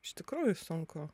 iš tikrųjų sunku